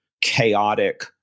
chaotic